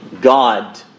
God